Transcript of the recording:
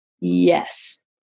yes